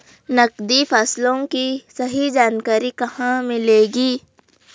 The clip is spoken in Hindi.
नकदी फसलों की सही जानकारी कहाँ मिलेगी?